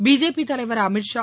BJP தலைவர் அமித் ஷா